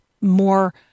more